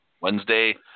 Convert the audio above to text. Wednesday